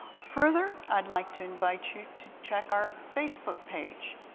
further, i'd like to invite you to check our facebook page.